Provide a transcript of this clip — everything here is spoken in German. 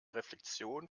reflexion